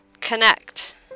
Connect